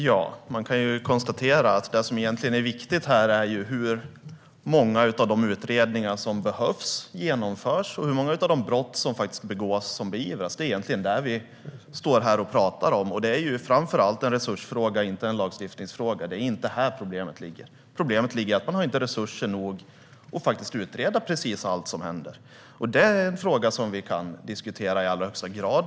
Fru talman! Det som är viktigt är hur många utredningar som behövs och genomförs och hur många av de brott som faktiskt begås som beivras. Det är egentligen det vi står här och talar om. Det är framför allt en resursfråga och inte en lagstiftningsfråga. Det är inte här problemet ligger. Problemet är att man inte har resurser nog för att utreda precis allt som händer. Det är en fråga som vi i allra högsta grad kan diskutera.